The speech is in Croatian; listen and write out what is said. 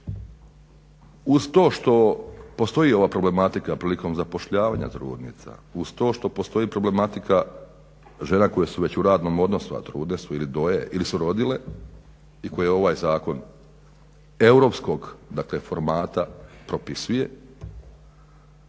uz to što postoji ova problematika prilikom zapošljavanja trudnica, uz to što postoji problematika žena koje su već u radnom odnosu, a trudne su ili doje ili su rodile i koje ovaj zakon europskog formata propisuje,